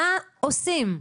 מה עושים?